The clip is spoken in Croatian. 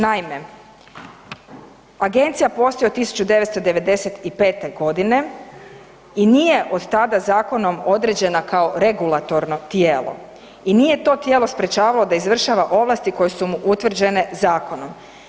Naime, agencija postoji od 1995. godine i nije od tada zakonom određena kao regulatorno tijelo i nije to tijelo sprečavalo da izvršava ovlasti koje su mu utvrđene zakonom.